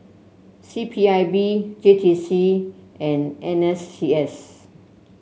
C P I B J T C and N S C S